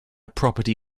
property